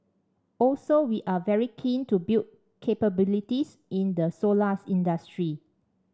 also we are very keen to build capabilities in the solar industry